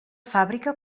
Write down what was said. fàbrica